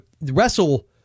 wrestle